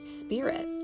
spirit